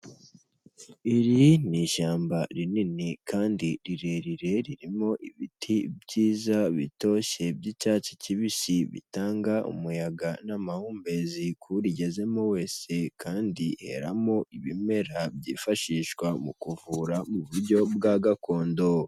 Iri ni ishyamba rinini kandi rirerire ririmo ibiti byiza bitoshye by'icyatsi kibisi bitanga umuyaga n'amahumbezi kurigezemo wese kandi heramo ibimera byifashishwa mu kuvura mu buryo bwa gakondo.